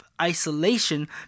isolation